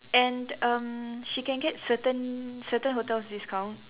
and erm she can get certain certain hotels discount